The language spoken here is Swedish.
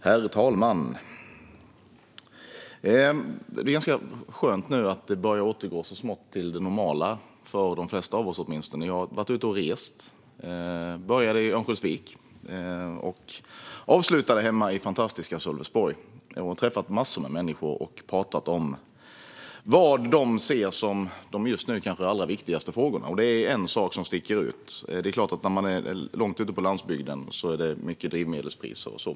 Herr talman! Det är ganska skönt att det nu så smått börjar återgå till det normala - för de flesta av oss, åtminstone. Jag har varit ute och rest. Jag började i Örnsköldsvik och avslutade hemma i fantastiska Sölvesborg. Jag har träffat massor av människor och pratat om vad de ser som de nu allra viktigaste frågorna. Det är klart att när man är långt ute på landsbygden är det mycket drivmedelspriser och så.